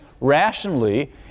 rationally